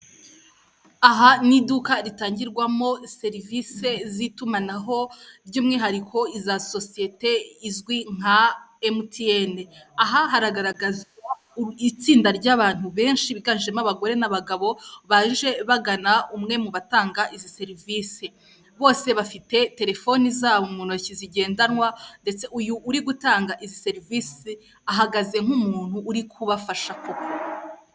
Aha ni iduka ritangirwamo serivisi z'itumanaho, by'umwihariko iza sosiyete izwi nka Emutiyeni. Aha haragaragazwa itsinda ry'abantu benshi biganjemo abagore n'abagabo, baje bagana umwe mu batanga izi serivisi. Bose bafite telefoni zabo mu ntoki zigendanwa ndetse uyu uri gutanga izi serivisi, ahagaze nk'umuntu uri kubafasha koko.